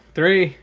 Three